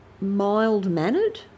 mild-mannered